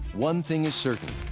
one thing is certain,